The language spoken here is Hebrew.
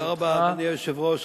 אדוני היושב-ראש,